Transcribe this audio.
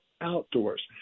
outdoors